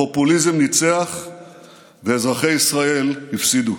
הפופוליזם ניצח ואזרחי ישראל הפסידו.